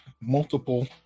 multiple